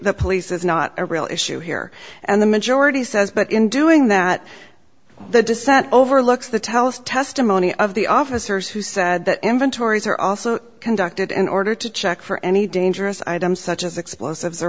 the police is not a real issue here and the majority says but in doing that the dissent overlooks the tellus testimony of the officers who said that inventories are also conducted in order to check for any dangerous items such as explosives or